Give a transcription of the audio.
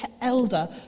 elder